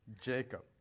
Jacob